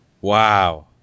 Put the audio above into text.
Wow